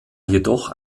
jedoch